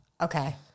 okay